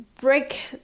break